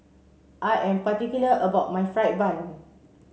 I am particular about my fried bun